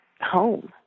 home